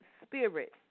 spirit